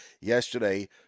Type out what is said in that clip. yesterday